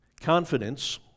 Confidence